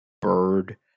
Bird